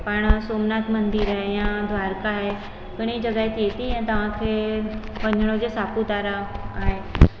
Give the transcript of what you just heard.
पाणि सोमनाथ मंदरु आहे या द्वारका आहे घणी जॻह थिए थी ऐं तव्हांखे वञिणो हुजे सापुतारा आहे